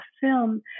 film